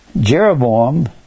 Jeroboam